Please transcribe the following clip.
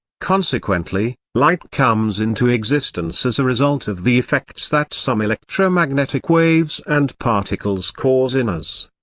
consequently, light comes into existence as a result of the effects that some electromagnetic waves and particles cause in us.